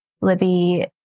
Libby